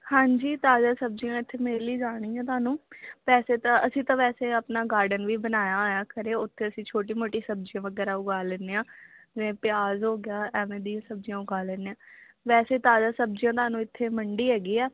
ਹਾਂਜੀ ਤਾਜ਼ਾ ਸਬਜ਼ੀਆਂ ਇੱਥੇ ਮਿਲ ਹੀ ਜਾਣ ਗੀਆਂ ਤੁਹਾਨੂੰ ਵੈਸੇ ਤਾਂ ਅਸੀਂ ਤਾਂ ਵੈਸੇ ਆਪਣਾ ਗਾਰਡਨ ਵੀ ਬਣਾਇਆ ਹੋਇਆ ਘਰ ਉੱਥੇ ਅਸੀਂ ਛੋਟੀ ਮੋਟੀ ਸਬਜ਼ੀ ਵਗੈਰਾ ਉਗਾ ਲੈਂਦੇ ਹਾਂ ਜਿਵੇਂ ਪਿਆਜ ਹੋ ਗਿਆ ਐਵੇਂ ਦੀ ਸਬਜ਼ੀਆਂ ਉਗਾ ਲੈਂਦੇ ਹਾਂ ਵੈਸੇ ਤਾਜ਼ਾ ਸਬਜ਼ੀਆਂ ਤੁਹਾਨੂੰ ਇੱਥੇ ਮੰਡੀ ਹੈਗੀ ਆ